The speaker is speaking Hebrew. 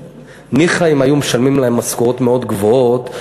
אם היו משלמים להם משכורות מאוד גבוהות,